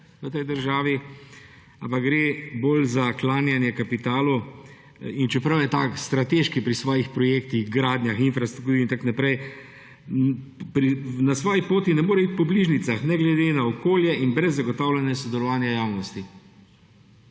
v tej državi, ampak gre bolj za klanjanje kapitalu. Čeprav je strateški, tak pristop pri svojih projektih, gradnjah infrastruktur in tako naprej na svoji poti ne more iti po bližnjicah, ne glede na okolje in brez zagotavljanja sodelovanja javnosti.